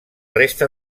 resta